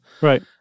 Right